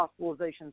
hospitalizations